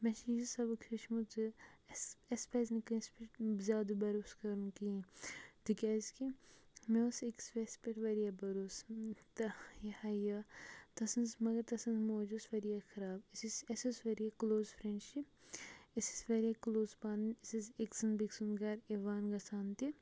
مےٚ چھُ یہِ سَبَق ہیٚچھمُت زِ اَسہِ اسہِ پَزِ نہٕ کٲنٛسہِ پیٹھ زیادٕ بَروسہٕ کَرُن کِہیٖنۍ تکیازِ کہِ مےٚ اوس أکِس ویٚسہِ پیٹھ واریاہ بَروس تہٕ یہِ ہاے یہِ تَسٕنٛز مگر تَسٕنٛز موج ٲس واریاہ خراب أسۍ ٲسۍ اَسہِ اوس واریاہ کلوز فرنڈشِپ أسۍ ٲسۍ واریاہ کلوز پانہٕ أسۍ ٲسۍ أکۍ سُنٛد بیٚکہِ سُنٛد گَرٕ یِوان گَژھان تہِ